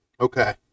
Okay